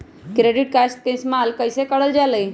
Credit card के इस्तेमाल कईसे करल जा लई?